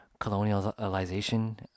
colonialization